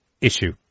issue